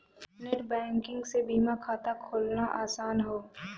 net banking से बीमा खाता खोलना आसान हौ